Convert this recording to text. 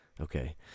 Okay